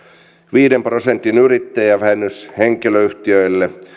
viiden prosentin yrittäjävähennys henkilöyhtiöille